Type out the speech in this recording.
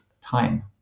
time